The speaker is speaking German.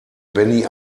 benny